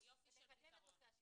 נושא השילוב.